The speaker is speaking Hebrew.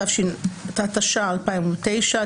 התש"ע 2009,